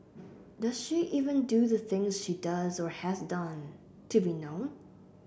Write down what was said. does she even do the things she does or has done to be known